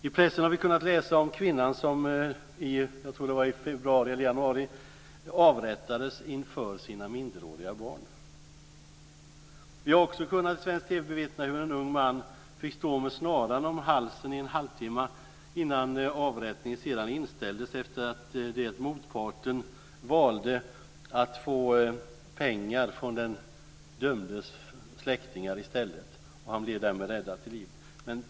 I pressen har vi kunnat läsa om kvinnan som i februari avrättades inför sina minderåriga barn. Vi har också kunnat bevittna i svensk TV hur en ung man fick stå med en snara om halsen i en halvtimme innan avrättningen sedan inställdes efter att motparten i stället valde att få pengar från den dömdes släktingar. Han blev därmed räddad till livet.